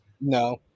No